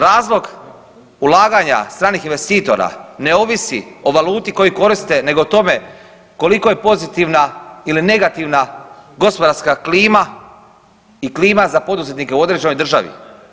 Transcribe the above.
Razlog ulaganja stranih investitora ne ovisi o valuti koju koriste nego o tome koliko je pozitivna ili negativna gospodarska klima i klima za poduzetnike u određenoj državi.